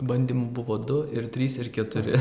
bandymų buvo du ir trys ir keturi